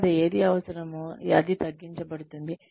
తరువాత ఏది అవసరమో అది తగ్గించబడుతుంది